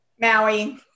Maui